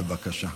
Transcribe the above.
בבקשה.